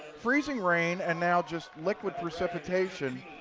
freezing rain, and now just liquid precipitation.